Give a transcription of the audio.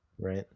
Right